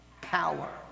Power